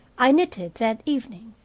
i knitted that evening.